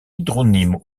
hydronyme